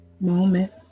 moment